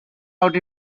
out